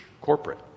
corporate